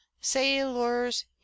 sailors